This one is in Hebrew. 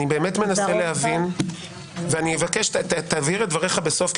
אני באמת מנסה להבין ואני אבקש שתבהיר את דבריך בסוף.